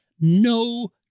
no